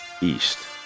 East